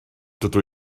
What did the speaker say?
dydw